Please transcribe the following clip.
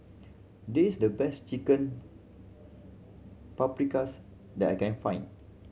this the best Chicken Paprikas that I can find